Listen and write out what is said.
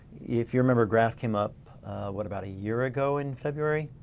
if you remember graph came up what about a year ago in february,